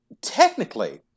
technically